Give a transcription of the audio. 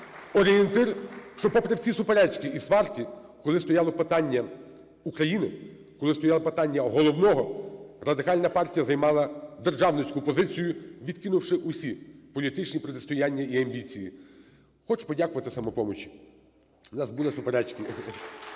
орієнтир, що, попри всі суперечки і сварки, коли стояло питання України, коли стояло питання головного, Радикальна партія займала державницьку позицію, відкинувши усі політичні протистояння і амбіції. Хочу подякувати "Самопомочі". У нас були суперечки.